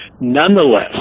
Nonetheless